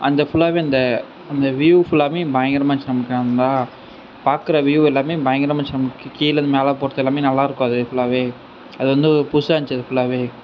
அங்கே ஃபுல்லாவே இந்த அந்த வியூவ் ஃபுல்லாவுமே பயங்கரமாக இருந்துச்சி நமக்கு நார்மல்லாக பார்க்குற வியூவ் எல்லாமே பயங்கரமாக இருந்துச்சி நமக்கு கீழே இருந்து மேலே போகிறது எல்லாமே நல்லா இருக்கும் அது ஃபுல்லாவே அது வந்து ஒரு புதுசாக இருந்துச்சு அது ஃபுல்லாவே